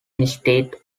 instead